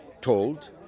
told